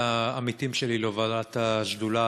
לעמיתים שלי להובלת השדולה,